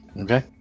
Okay